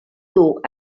dur